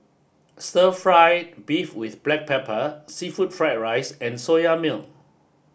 Stir Fry Beef with Black Pepper Seafood Fried Rice and Soya Milk